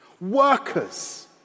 Workers